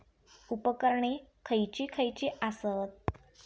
उपकरणे खैयची खैयची आसत?